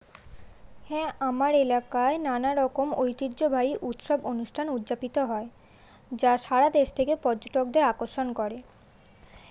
হ্যাঁ আমার এলাকায় নানারকম ঐতিহ্যবাহী উৎসব অনুষ্ঠান উদযাপিত হয় যা সারা দেশ থেকে পর্যটকদের আকর্ষণ করে